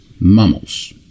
mammals